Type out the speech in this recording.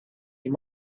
you